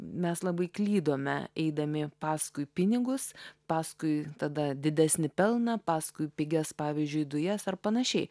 mes labai klydome eidami paskui pinigus paskui tada didesnį pelną paskui pigias pavyzdžiui dujas ar panašiai